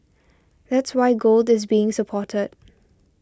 that's why gold is being supported